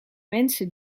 mensen